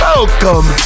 Welcome